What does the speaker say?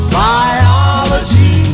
biology